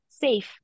safe